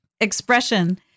expression